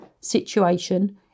situation